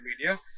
media